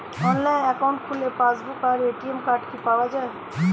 Online account খুললে passbook আর ATM card কি পাওয়া যায়?